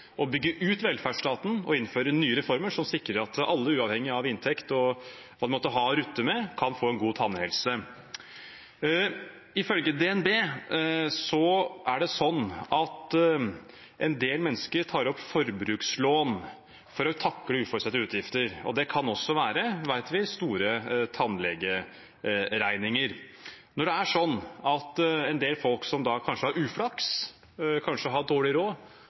å bygge ut velferdsstaten og innføre nye reformer som sikrer at alle, uavhengig av inntekt og hva man måtte ha å rutte med, kan få en god tannhelse. Ifølge DNB tar en del mennesker opp forbrukslån for å takle uforutsette utgifter, og det kan også være – det vet vi – store tannlegeregninger. Når det er sånn at en del folk som kanskje har uflaks, kanskje har dårlig råd,